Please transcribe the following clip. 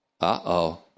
Uh-oh